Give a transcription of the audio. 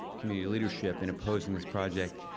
community leadership in opposing this project